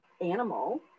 animal